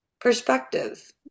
perspective